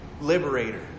liberator